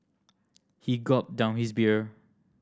he gulped down his beer